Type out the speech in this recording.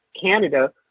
Canada